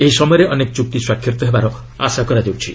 ଏହି ସମୟରେ ଅନେକ ଚୁକ୍ତି ସ୍ୱାକ୍ଷରିତ ହେବାର ଆଶା କରାଯାଉଛି